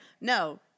No